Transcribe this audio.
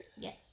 Yes